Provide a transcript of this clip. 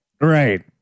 Right